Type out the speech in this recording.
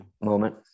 moment